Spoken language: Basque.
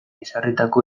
ezarritako